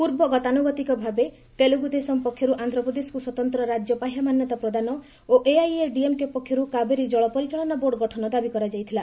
ପୂର୍ବ ଗତାନୁଗତିକ ଭାବେ ତେଲୁଗୁଦେଶମ୍ ପକ୍ଷରୁ ଆନ୍ଧ୍ରପ୍ରଦେଶକୁ ସ୍ୱତନ୍ତ୍ର ରାଜ୍ୟ ପାହ୍ୟା ମାନ୍ୟତା ପ୍ରଦାନ ଓ ଏଆଇଏଡିଏମ୍କେ ପକ୍ଷରୁ କାବେରୀ ଜଳ ପରିଚାଳନା ବୋର୍ଡ଼ ଗଠନ ଦାବି କରାଯାଇଥିଲା